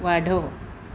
वाढव